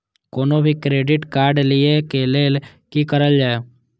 कोनो भी credit card लिए के लेल की करल जाय?